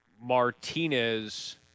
Martinez